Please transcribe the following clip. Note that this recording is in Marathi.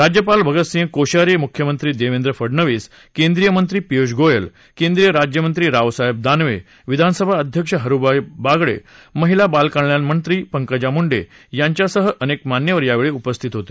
राज्यपाल भगतसिंह कोश्यारी मुख्यमंत्री देवेंद्र फडनवीस केंद्रीय मंत्री पियुष गोयल केंद्रीय राज्यमंत्री रावसाहेब दानवे विधानसभाध्यक्ष हरिभाऊ बागडे महिला बालकल्याण मंत्री पंकजा मुंडे यांच्यासह अनेक मान्यवर यावेळी उपस्थित होते